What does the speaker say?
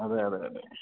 അതേ അതേ അതേ